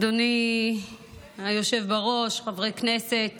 אדוני היושב בראש, חברי כנסת